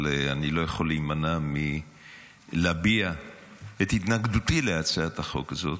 אני לא יכול להימנע מלהביע את התנגדותי להצעת החוק הזאת.